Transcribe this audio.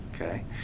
Okay